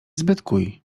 zbytkuj